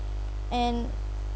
and